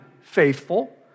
faithful